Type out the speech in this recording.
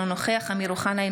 אינו נוכח אמיר אוחנה,